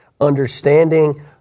understanding